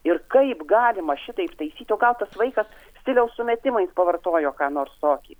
ir kaip galima šitaip taisyti o gal tas vaikas stiliaus sumetimais pavartojo ką nors tokį